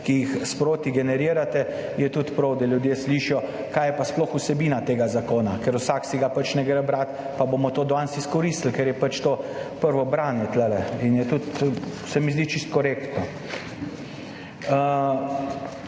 ki jih sproti generirate, je tudi prav, da ljudje slišijo, kaj je pa sploh vsebina tega zakona, ker vsak ga pač ne gre brat in bomo to danes izkoristili, ker je to tukaj prvo branje in je tudi, se mi zdi, čisto korektno.